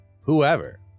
Whoever